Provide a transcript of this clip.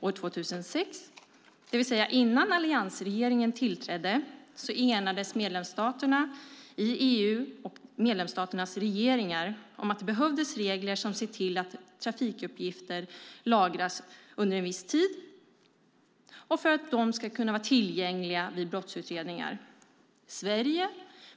År 2006, det vill säga innan alliansregeringen tillträdde, enades medlemsstaternas regeringar i EU om att det behövs regler som ser till att trafikuppgifter lagras under en viss tid för att vara tillgängliga vid brottsutredningar. Sverige,